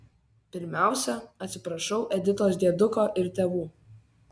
pirmiausia atsiprašiau editos dieduko ir tėvų